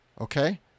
Okay